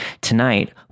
Tonight